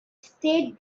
state